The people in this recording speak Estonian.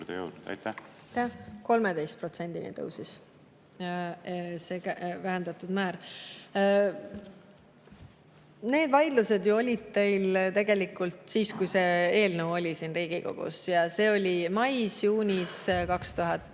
13%-ni tõusis see vähendatud määr. Need vaidlused ju olid teil tegelikult siis, kui see eelnõu oli siin Riigikogus. See oli mais-juunis 2023.